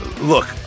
Look